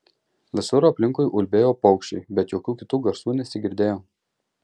visur aplinkui ulbėjo paukščiai bet jokių kitų garsų nesigirdėjo